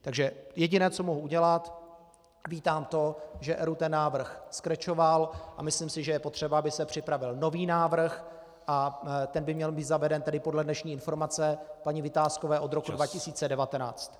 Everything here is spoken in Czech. Takže jediné, co mohu udělat, vítám to, že ERÚ ten návrh skrečoval, a myslím si, že je potřeba, aby se připravil nový návrh, a ten by měl být zaveden tedy podle dnešní informace paní Vitáskové od roku 2019.